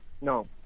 No